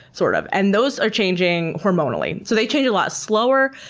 sort of and those are changing hormonally. so they change a lot slower,